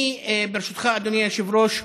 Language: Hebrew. אני, ברשותך, אדוני היושב-ראש,